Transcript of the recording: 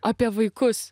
apie vaikus